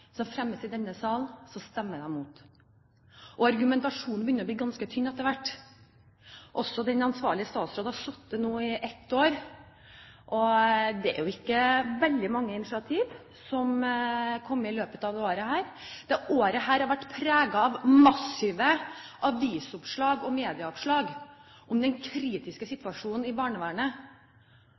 i denne salen, så stemmer de imot, og argumentasjonen begynner å bli ganske tynn etter hvert. Den ansvarlige statsråd har nå sittet i ett år, og det er jo ikke veldig mange initiativ som er kommet i løpet av dette året. Dette året har vært preget av massive avis- og medieoppslag om den kritiske situasjonen i barnevernet,